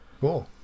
Cool